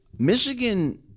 Michigan